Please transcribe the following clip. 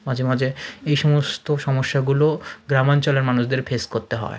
মাঝে মাঝে এই সমস্ত সমস্যাগুলো গ্রামাঞ্চলের মানুষদের ফেস করতে হয়